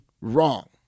wrong